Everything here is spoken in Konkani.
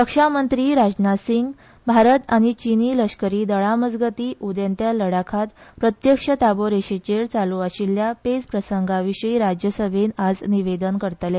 रक्षामंत्री राजनाथ सिंग भारत आनी चीनी लष्करी दळां मजगती उदेंत्या लडाखात प्रत्यक्ष ताबो रेषेचेर चालु आशिल्लया पेचप्रसंगाविशीं राज्यसभेंत आज निवेदन करतले